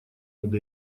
над